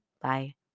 Bye